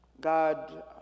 God